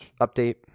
update